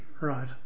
Right